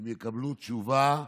והם יקבלו תשובה: